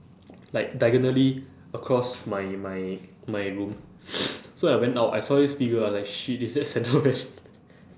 like diagonally across my my my room so I went out I saw this figure ah like shit is that slender man